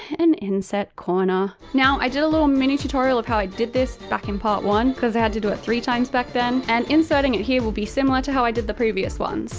an insert corner. now i did a little mini tutorial of how i did this back in part one. cos i had to do it three times back then, and inserting it here will be similar to how i did the previous one. so,